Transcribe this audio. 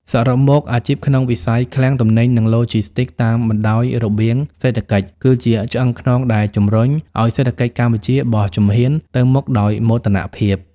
សរុបមក អាជីពក្នុងវិស័យឃ្លាំងទំនិញ និងឡូជីស្ទីកតាមបណ្ដោយរបៀងសេដ្ឋកិច្ច គឺជាឆ្អឹងខ្នងដែលជំរុញឱ្យសេដ្ឋកិច្ចកម្ពុជាបោះជំហានទៅមុខដោយមោទនភាព។